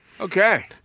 Okay